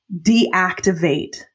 deactivate